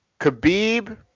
Khabib